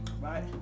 right